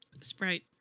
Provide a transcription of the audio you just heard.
Sprite